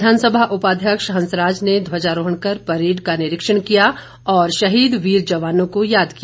विधानसभा उपाध्यक्ष हंसराज ने ध्वजारोहण कर परेड का निरीक्षण किया और शहीद वीर जवानों को याद किया